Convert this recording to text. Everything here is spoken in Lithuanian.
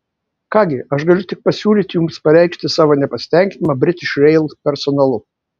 ką gi aš galiu tik pasiūlyti jums pareikšti savo nepasitenkinimą british rail personalu